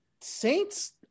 Saints